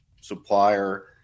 supplier